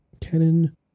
Canon